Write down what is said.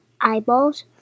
eyeballs